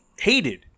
hated